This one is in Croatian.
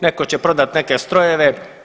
Netko će prodati neke strojeve.